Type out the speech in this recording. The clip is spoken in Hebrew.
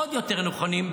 עוד יותר נכונים,